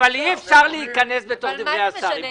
אי אפשר להיכנס בדברי השר.